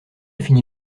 fini